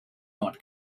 not